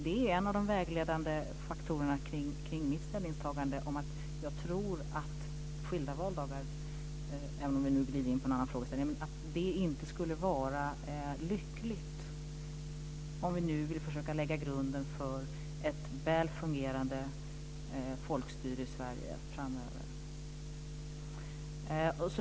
Det är en av de vägledande faktorerna kring mitt ställningstagande, att jag tror att skilda valdagar - även om vi nu glider in på en annan frågeställning - inte skulle vara lyckligt om vi nu vill försöka lägga grunden för ett väl fungerande folkstyre i Sverige framöver.